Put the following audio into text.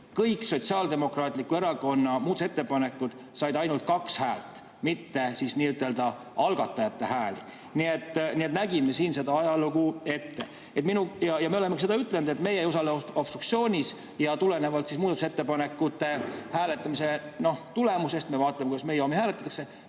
Kõik kuus Sotsiaaldemokraatliku Erakonna ettepanekut said ainult kaks häält, kusjuures mitte algatajate hääli. Nii et me nägime sellist ajalugu ette. Ja me oleme seda ütelnud, et meie ei osale obstruktsioonis ja tulenevalt muudatusettepanekute hääletamise tulemustest – me vaatame, kuidas meie omi hääletatakse